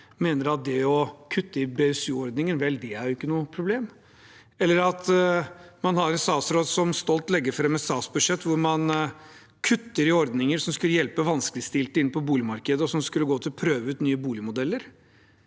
mener at det å kutte i BSU-ordningen ikke er noe problem, eller at man har en statsråd som stolt legger fram et statsbudsjett hvor man kutter i ordninger som skulle hjelpe vanskeligstilte inn på boligmarkedet, og som skulle gå til å prøve ut nye boligmodeller.